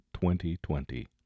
2020